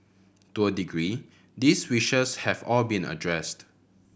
to a degree these wishes have all been addressed